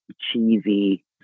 cheesy